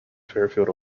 fairfield